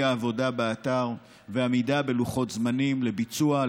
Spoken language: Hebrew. העבודה באתר ועמידה בלוחות זמנים לביצוע,